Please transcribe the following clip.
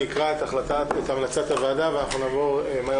אני אקרא את המלצת הוועדה ואנחנו נעבור מהר